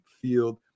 field